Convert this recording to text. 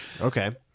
Okay